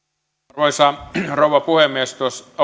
arvoisa rouva puhemies